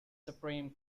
supreme